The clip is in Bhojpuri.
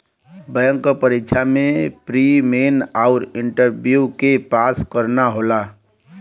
बैंक क परीक्षा में प्री, मेन आउर इंटरव्यू के पास करना होला